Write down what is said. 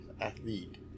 athlete